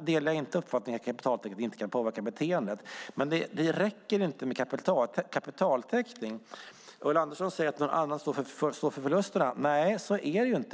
delar därför inte uppfattningen att kapitaltäckningen inte kan påverka beteendet. Men det räcker inte med kapitaltäckning. Ulla Andersson säger att någon annan får stå för förlusterna. Så är det inte.